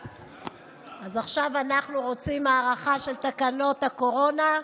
אז עכשיו אנחנו רוצים הארכה של תקנות הקורונה,